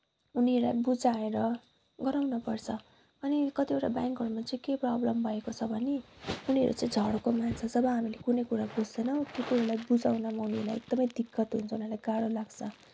उनीहरूलाई बुझाएर गराउन पर्छ अनि कतिवटा ब्याङ्कहरूमा चाहिँ के प्रब्लम भएको छ भने उनीहरू चाहिँ झर्को मान्छ जब हामी कुनै कुरा बुझ्दैनौँ त्यतिबेला बुझाउनमा उनीहरूलाई एकदमै दिक्कत हुन्छ उनीहरूलाई गाह्रो लाग्छ